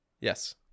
yes